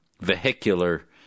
vehicular